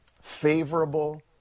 favorable